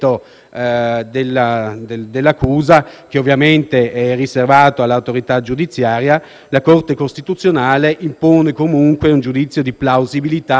dell'accusa, che ovviamente è riservato all'autorità giudiziaria, la Corte costituzionale impone comunque un giudizio sulla plausibilità